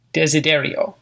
desiderio